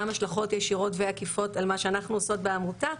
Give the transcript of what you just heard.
השלכות ישירות ועקיפות על מה שאנחנו עושות בעמותה,